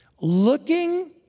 looking